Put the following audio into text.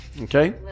Okay